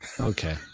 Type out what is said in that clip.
Okay